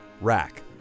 Rack